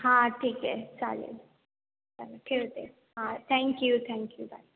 हां ठीक आहे चालेल चालेल ठेवते हां थँक्यू थँक्यू बाय